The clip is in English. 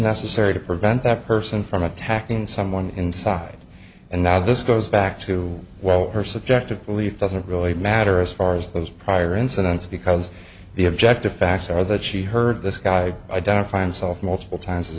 necessary to prevent that person from attacking someone inside and now this goes back to well her subjective belief doesn't really matter as far as those prior incidents because the objective facts are that she heard this guy identify himself multiple times as